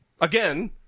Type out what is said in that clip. again